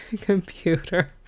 computer